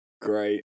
great